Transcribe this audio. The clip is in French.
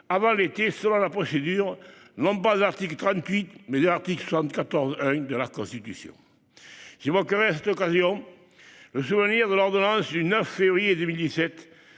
avant l'été selon la procédure, non pas de l'article 38, mais de l'article 74-1 de la Constitution. J'évoquerai, à cette occasion, le souvenir de l'ordonnance du 9 février 2017